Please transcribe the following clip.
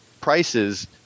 prices